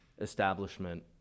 establishment